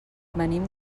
venim